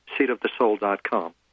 Seatofthesoul.com